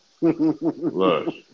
Look